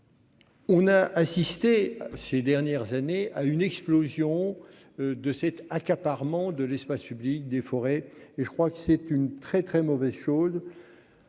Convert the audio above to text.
On a assisté. Ces dernières années à une explosion de cet accaparement de l'espace public des forêts et je crois que c'est une très très mauvaise chose.